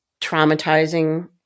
traumatizing